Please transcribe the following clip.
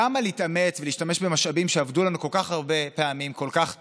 למה להתאמץ ולהשתמש במשאבים שעבדו לנו כל כך הרבה פעמים כל כך טוב,